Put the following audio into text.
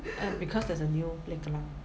uh because there's a new playground